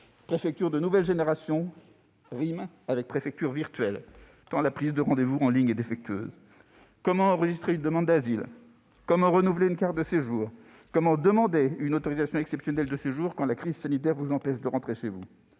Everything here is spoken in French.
préfecture de nouvelle génération rime avec préfecture virtuelle, tant la prise de rendez-vous en ligne est défectueuse. Comment enregistrer une demande d'asile ? Comment renouveler une carte de séjour ? Comment demander une autorisation exceptionnelle de séjour quand la crise sanitaire vous empêche de rentrer chez vous ?